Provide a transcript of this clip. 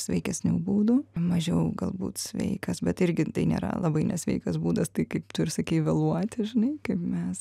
sveikesnių būdų mažiau galbūt sveikas bet irgi tai nėra labai nesveikas būdas tai kaip tu išsakei vėluoti žinai kaip mes